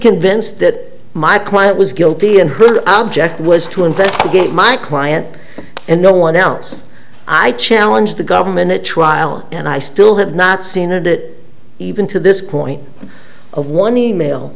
convinced that my client was guilty and her object was to investigate my client and no one else i challenge the government at trial and i still have not seen that even to this point of one e mail